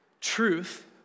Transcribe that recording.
truth